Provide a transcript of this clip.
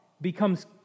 becomes